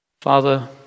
Father